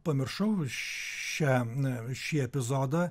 pamiršau šią m šį epizodą